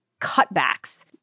cutbacks